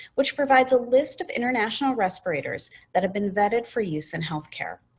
which provides a list of international respirators that have been vetted for use in healthcare.